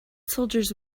soldiers